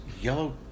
yellow